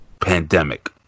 pandemic